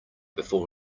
before